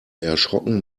erschrocken